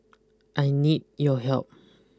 I need your help